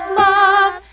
love